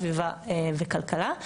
סביבה וכלכלה,